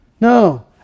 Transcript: No